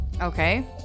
Okay